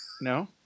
No